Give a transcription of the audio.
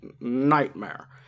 nightmare